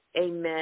amen